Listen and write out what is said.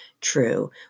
true